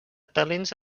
talents